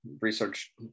research